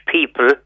people